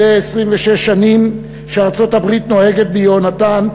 זה 26 שנים שארצות-הברית נוהגת ביהונתן,